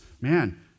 man